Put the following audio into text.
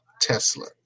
Tesla